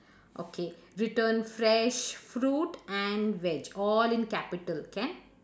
okay written fresh fruit and veg all in capital can